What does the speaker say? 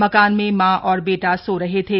मकान में मां और बेटा सो रहे थे